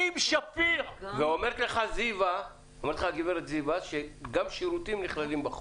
הגברת זיוה אומרת לך שגם שירותים נכללים בחוק.